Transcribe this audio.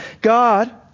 God